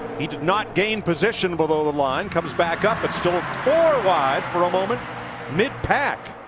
he did not gain position below the line. comes back up. but still four wide for a moment mid pack.